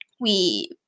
we-